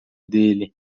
dele